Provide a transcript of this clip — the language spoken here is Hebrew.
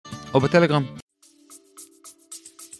או בטלגרם